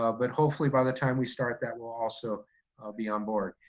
ah but hopefully by the time we start that will also be on board.